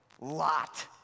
Lot